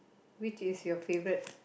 which is your favourite